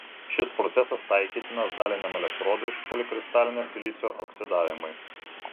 šis procesas taikytinas daliniam elektrodų iš polikristalinio silicio oksidavimui